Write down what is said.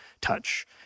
touch